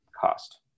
cost